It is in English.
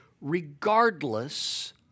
regardless